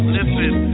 Listen